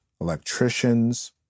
electricians